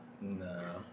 No